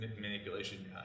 manipulation